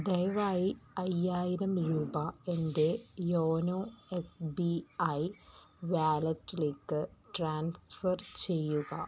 ദയവായി അയ്യായിരം രൂപ എൻ്റെ യോനോ എസ് ബി ഐ വാലറ്റിലേക്ക് ട്രാൻസ്ഫർ ചെയ്യുക